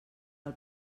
del